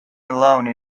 alone